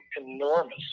enormous